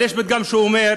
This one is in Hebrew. אבל יש פתגם שאומר: